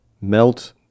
Melt